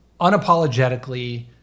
unapologetically